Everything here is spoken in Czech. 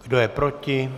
Kdo je proti?